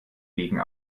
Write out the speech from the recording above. gegen